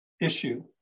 issue